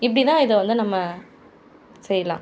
இப்படி தான் இதை வந்து நம்ம செய்யலாம்